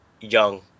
young